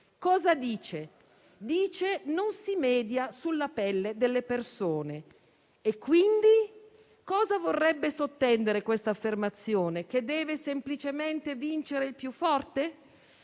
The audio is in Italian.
Cosa dice? Dice che non si media sulla pelle delle persone. Cosa vorrebbe sottendere quest'affermazione? Che deve semplicemente vincere il più forte?